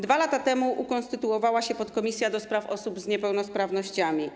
2 lata temu ukonstytuowała się podkomisja do spraw osób z niepełnosprawnościami.